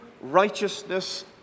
righteousness